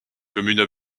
communes